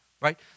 right